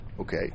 okay